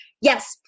yes